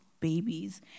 babies